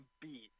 beat